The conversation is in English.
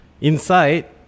inside